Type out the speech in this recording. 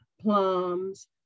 plums